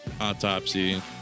autopsy